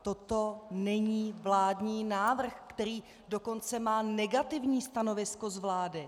Toto není vládní návrh, který dokonce má negativní stanovisko z vlády.